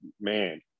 man